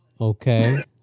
Okay